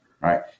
right